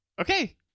Okay